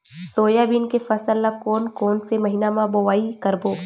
Soybean के फसल ल कोन कौन से महीना म बोआई करबो?